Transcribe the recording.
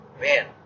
Man